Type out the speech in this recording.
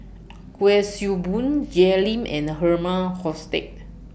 Kuik Swee Boon Jay Lim and Herman Hochstadt